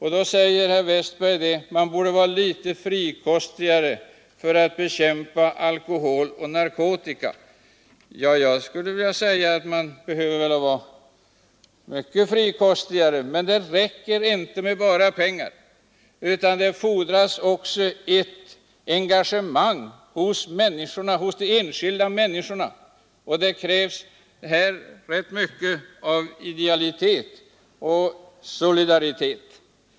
Herr Westberg i Ljusdal säger: Man borde vara litet frikostigare när det gäller att bekämpa alkohol och narkotika. Ja, jag skulle vilja svara att man behöver vara mycket frikostigare, men det räcker inte med pengar, utan det fordras också ett engagemang hos de enskilda människorna, och det krävs rätt mycket av idealitet och solidaritet.